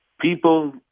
people